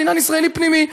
זה עניין ישראלי פנימי.